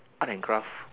art and craft